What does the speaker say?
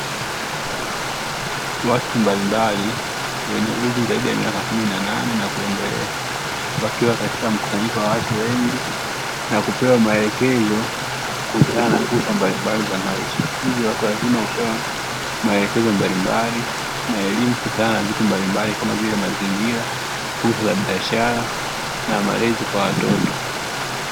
Watu mbalimbali wenye umri zaidi ya miaka kumi na nane na kuendelea wakiwa katika mkusanyiko wenye watu wengi, wakipewa maelekezo kuhusiana na fursa mbalimbali za maisha ,watu wazima hupewa maelezo mbalimbali kuhusiana na vitu kama vile mazingira ,fursa za biashara na malezi kwa watoto.